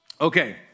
Okay